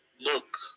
look